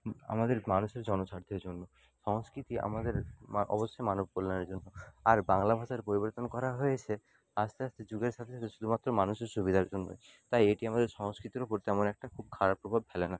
আমাদের মানুষের জনস্বার্থের জন্য সংস্কৃতি আমাদের অবশ্যই মানব কল্যাণের জন্য আর বাংলা ভাষার পরিবর্তন করা হয়েছে আস্তে আস্তে যুগের সাথে সাথে শুধুমাত্র মানুষের সুবিধার জন্যই তাই এটি আমাদের সংস্কৃতির উপর তেমন একটা খুব খারাপ প্রভাব ফেলে না